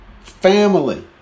family